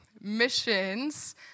missions